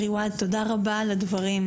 תודה רבה לכם.